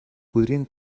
podrien